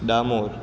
Damor